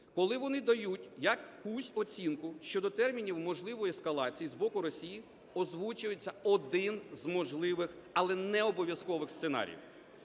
Коли вони дають якусь оцінку щодо термінів можливої ескалації з боку Росії, озвучується один з можливих, але не обов'язкових сценаріїв.